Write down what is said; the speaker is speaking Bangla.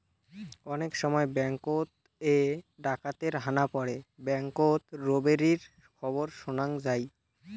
অনেক সময় ব্যাঙ্ককোত এ ডাকাতের হানা পড়ে ব্যাঙ্ককোত রোবেরির খবর শোনাং যাই